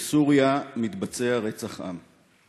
בסוריה מתבצע רצח עם.